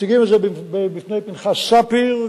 ומציגים את זה בפני פנחס ספיר,